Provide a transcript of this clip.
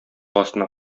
астына